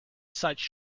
such